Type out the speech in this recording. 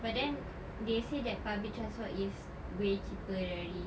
but then they said that public transport is way cheaper dari